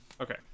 Okay